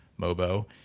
Mobo